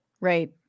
Right